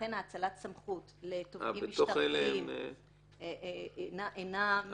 ולכן האצלת סמכות לתובעים משטרתיים אינה מלווה על ידנו.